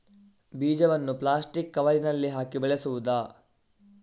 ಬೀಜವನ್ನು ಪ್ಲಾಸ್ಟಿಕ್ ಕವರಿನಲ್ಲಿ ಹಾಕಿ ಬೆಳೆಸುವುದಾ?